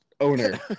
owner